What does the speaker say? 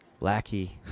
lackey